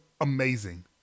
amazing